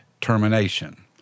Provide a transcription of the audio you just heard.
termination